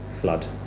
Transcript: flood